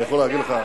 אני יכול להגיד לך,